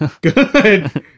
Good